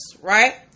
right